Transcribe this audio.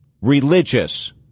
religious